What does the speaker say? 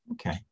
Okay